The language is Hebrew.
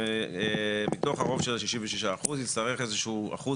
שמתוך הרוב של ה-66% יצטרך איזשהו אחוז